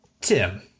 tim